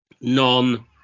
non